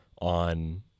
on